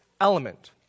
element